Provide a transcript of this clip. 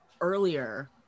Earlier